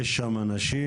יש שם אנשים,